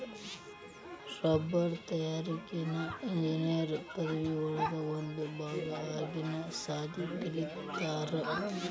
ರಬ್ಬರ ತಯಾರಿಕೆನ ಇಂಜಿನಿಯರ್ ಪದವಿ ಒಳಗ ಒಂದ ಭಾಗಾ ಆಗಿನು ಸಾಲಿ ಕಲಿತಾರ